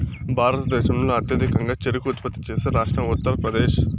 భారతదేశంలో అత్యధికంగా చెరకు ఉత్పత్తి చేసే రాష్ట్రం ఉత్తరప్రదేశ్